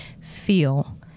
feel